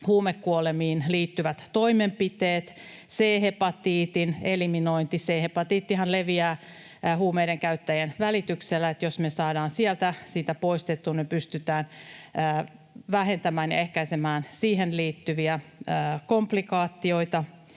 huumekuolemiin liittyvät toimenpiteet ja C-hepatiitin eliminoinnin. C-hepatiittihan leviää huumeiden käyttäjien välityksellä, ja jos me saadaan sieltä sitä poistettua, me pystytään vähentämään ja ehkäisemään siihen liittyviä komplikaatioita